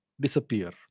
disappear